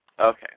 Okay